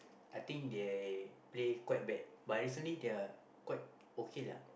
I think they play quite bad but recently they are quite okay lah